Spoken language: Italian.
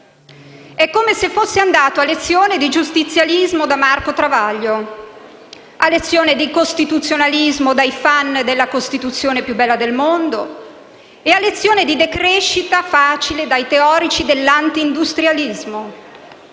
è come se fosse andato a lezione di giustizialismo da Marco Travaglio, a lezione di costituzionalismo dai *fan* della "Costituzione più bella del mondo", a lezione di decrescita felice dai teorici dell'anti-industrialismo.